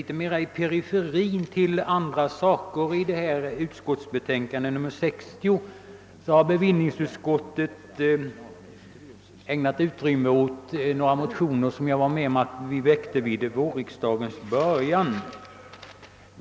Herr talman! Litet mera i periferin i utskottsbetänkandet ägnas utrymme åt några motioner som jag varit med om att väcka vid vårriksdagens början.